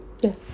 Yes